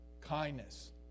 kindness